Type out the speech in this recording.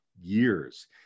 years